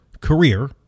career